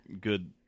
good